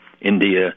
India